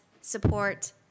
support